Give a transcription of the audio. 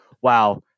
wow